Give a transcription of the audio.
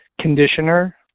conditioner